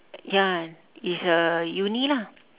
ya it's a uni lah